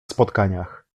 spotkaniach